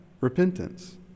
repentance